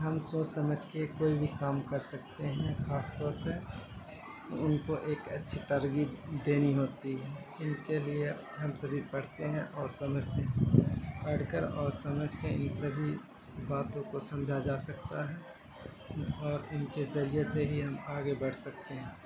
ہم سوچ سمجھ کے کوئی بھی کام کر سکتے ہیں خاص طور پہ ان کو ایک اچھی ترغیب دینا ہوتی ہے ان کے لیے ہم سبھی پڑھتے ہیں اور سمجھتے ہیں پڑھ کر اور سمجھ کے ان سبھی باتوں کو سمجھا جا سکتا ہے اور ان کے ذریعے سے ہی ہم آگے بڑھ سکتے ہیں